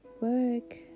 work